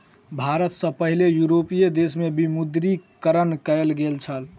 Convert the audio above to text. भारत सॅ पहिने यूरोपीय देश में विमुद्रीकरण कयल गेल छल